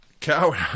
coward